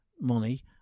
money